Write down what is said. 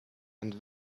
and